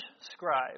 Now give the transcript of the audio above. scribe